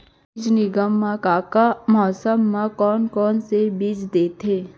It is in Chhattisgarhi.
बीज निगम का का मौसम मा, कौन कौन से बीज देथे?